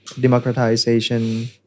democratization